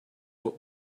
what